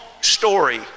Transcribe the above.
story